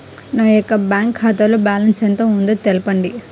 నా యొక్క బ్యాంక్ ఖాతాలో బ్యాలెన్స్ ఎంత ఉందో తెలపండి?